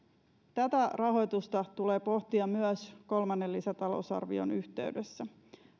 tätä rahoitusta tulee myös pohtia kolmannen lisätalousarvion yhteydessä